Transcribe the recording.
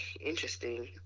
interesting